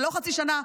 ולא חצי שנה.